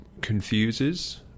confuses